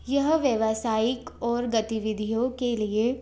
यह व्यावसायिक और गतिविधियों के लिए